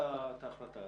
מי קיבל את החלטה הזאת?